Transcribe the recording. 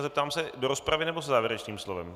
Zeptám se do rozpravy, nebo závěrečným slovem?